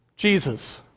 Jesus